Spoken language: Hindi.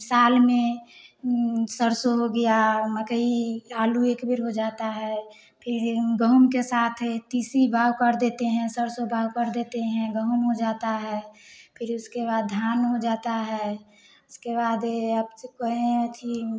साल में सरसों हो गया मकई आलू एक बिर हो जाता है फिर गेहूँ के साथ तीसरी बाह कर देते हैं सरसों बांह कर देते हैं गेहूँ हो जाता है फिर उसके बाद धान हो जाता है उसके बाद आप से कहें थी